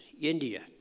India